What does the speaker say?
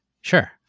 Sure